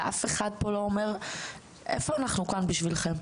ואף אחד פה לא אומר איפה אנחנו כאן בשבילכם?